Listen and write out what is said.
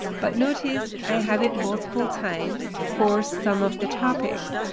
but notice i have it multiple times for some of the topics.